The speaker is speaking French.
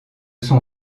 son